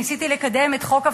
ניסיתי לקדם את חוק,